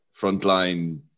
frontline